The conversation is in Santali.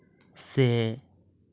ᱥᱮ